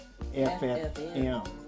FFM